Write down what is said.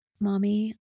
mommy